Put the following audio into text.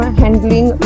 handling